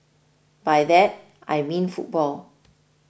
by that I mean football